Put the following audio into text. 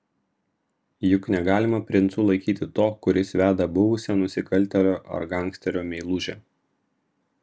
juk negalima princu laikyti to kuris veda buvusią nusikaltėlio ar gangsterio meilužę